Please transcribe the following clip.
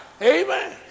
Amen